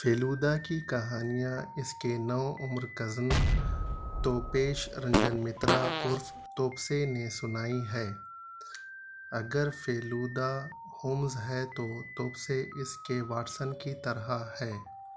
فیلودا کی کہانیاں اس کے نوعمر کزن توپیش رنجن مترا عرف ٹوپسے نے سنائی ہے اگر فیلودا ہومز ہے تو توپسے اس کے واٹسن کی طرح ہے